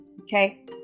Okay